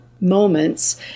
moments